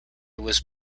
was